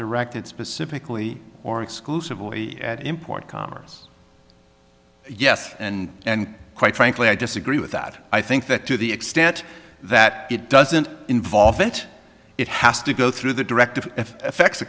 directed specifically or exclusively at import commerce yes and quite frankly i disagree with that i think that to the extent that it doesn't involve it it has to go through the direct effects